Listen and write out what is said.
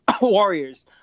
warriors